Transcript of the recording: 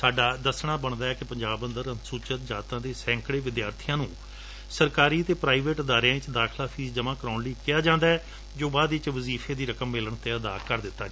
ਸਾਡਾ ਦਸਣਾ ਬਣਦਾ ਏ ਕਿ ਪੰਜਾਬ ਅੰਦਰ ਅਨੁਸੁਚਿਤ ਜਾਤਾ ਦੇ ਸੈਕੜੇ ਵਿਦਿਆਰਥੀਆਂ ਨੂੰ ਸਰਕਾਰੀ ਅਤੇ ਪ੍ਰਾਈਵੇਟ ਅਦਾਰਿਆਂ ਵਿਚ ਦਾਖਲਾ ਫੀਸ ਜਮੁਾਂ ਕਰਵਾਉਣ ਲਈ ਕਿਹਾ ਜਾਂਦਾ ਏ ਜੋ ਬਾਅਦ ਵਿਚ ਵਜ਼ੀਫੇ ਦੀ ਰਕਮ ਮਿਲਣ ਤੇ ਅਦਾ ਕਰ ਦਿੱਤਾ ਜਾਂਦਾ ਏ